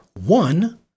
One